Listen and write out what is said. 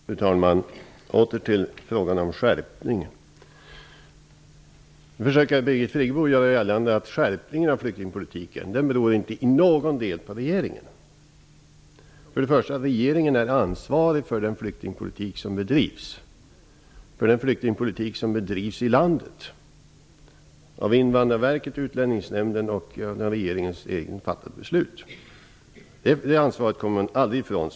Fru talman! Jag återkommer till frågan om skärpning. Nu försöker Birgit Friggebo göra gällande att skärpningen av flyktingpolitiken inte till någon del beror på regeringen. För det första är regeringen ansvarig för den flyktingpolitik som bedrivs i landet av Invandrarverket och Utlänningsnämnden och för av regeringen själv fattade beslut. Det ansvaret kommer regeringen aldrig från.